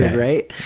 right?